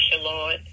Lord